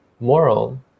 moral